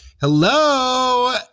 hello